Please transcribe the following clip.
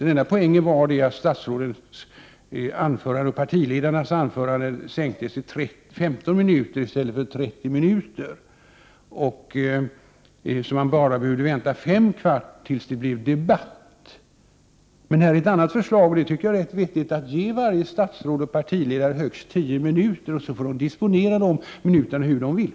Den enda poängen var att statsrådens och partiledarnas anföranden minskades till 15 minuter i stället för 30, så att man bara behövde vänta fem kvart tills det blev debatt. Här ät ett annat förslag, som jag tycker är rätt vettigt: Ge varje statsråd och partiledare högst 10 minuter, som de får disponera hur de vill!